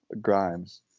Grimes